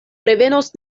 revenos